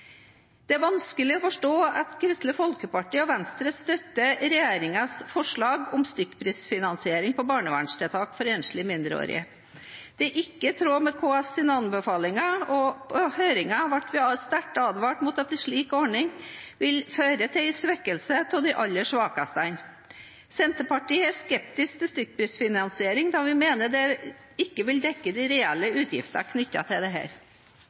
Det er vanskelig å forstå at Kristelig Folkeparti og Venstre støtter regjeringens forslag om stykkprisfinansiering av barnevernstiltak for enslige mindreårige. Det er ikke i tråd med KS’ anbefalinger, og i høringen ble vi sterkt advart om at en slik ordning vil føre til en svekkelse av de aller svakeste. Senterpartiet er skeptisk til stykkprisfinansiering, da vi mener det ikke vil dekke de reelle utgiftene knyttet til